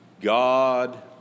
God